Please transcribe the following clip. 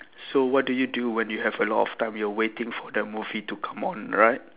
so what do you do when you have a lot of time you are waiting for the movie to come on right